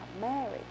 Mary